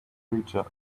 preacher